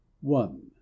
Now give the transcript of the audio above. one